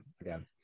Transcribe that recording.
Again